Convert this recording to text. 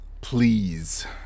please